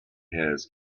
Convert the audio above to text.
has